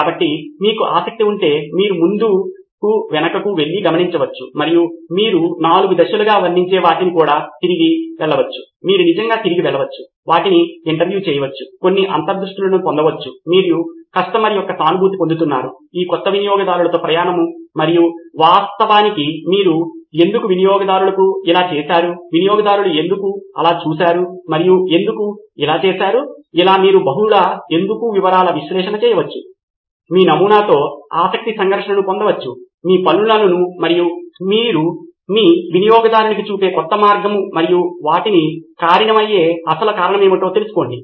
కాబట్టి మీకు ఆసక్తి ఉంటే మీరు ముందుకు వెనుకకు వెళ్లి గమనించవచ్చు మరియు మీరు 4 దశలుగా వర్ణించే వాటికి కూడా తిరిగి వెళ్ళవచ్చు మీరు నిజంగా తిరిగి వెళ్ళవచ్చు వాటిని ఇంటర్వ్యూ చేయవచ్చు కొన్ని అంతర్దృష్టులను పొందవచ్చు మీరు కస్టమర్ యొక్క సానుభూతి పొందుతున్నారు ఈ క్రొత్త వినియోగదారులతో ప్రయాణం మరియు వాస్తవానికి మీరు ఎందుకు వినియోగదారులకు ఇలా చేసారు వినియోగదారులు ఎందుకు ఇలా చూసారు వారు ఎందుకు ఇలా చేసారు ఇలా మీరు బహుళ ఎందుకు వివరాల విశ్లేషణ చేయవచ్చు మీ నమూనాతో ఆసక్తి సంఘర్షణను పొందవచ్చు మీ పనులను మరియు మీరు మీ వినియోగదారునికి చూపే కొత్త మార్గం మరియు వాటికి కారణమయ్యే అసలు కారణం ఏమిటో తెలుసుకోండి